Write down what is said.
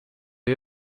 you